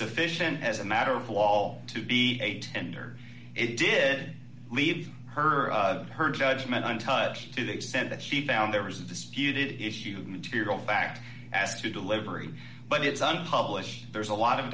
sufficient as a matter of wall to be a tender it did leave her her judgment untouched to the extent that she found there was a disputed issue material fact as to delivery but it's on published there's a lot of